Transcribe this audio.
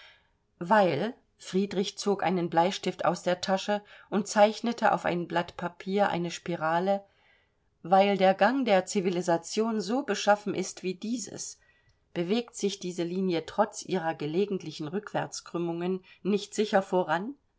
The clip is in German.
weil friedrich zog einen bleistift aus der tasche und zeichnete auf ein blatt papier eine spirale weil der gang der civilisation so beschaffen ist wie dieses bewegt sich diese linie trotz ihrer gelegentlichen rückwärtskrümmungen nicht sicher voran